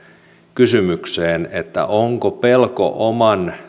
kysymykseen onko pelko oman